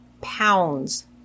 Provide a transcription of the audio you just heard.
pounds